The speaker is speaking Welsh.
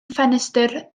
ffenestr